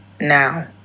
Now